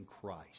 Christ